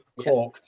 clock